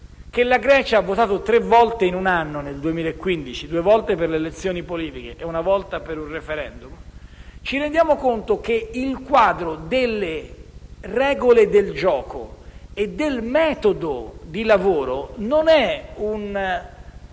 che la Grecia ha votato tre volte in un anno nel 2015 (due volte per le elezioni politiche e una volta per un *referendum*), ci rendiamo conto che il quadro delle regole del gioco e del metodo di lavoro non è uno